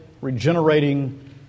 regenerating